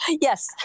Yes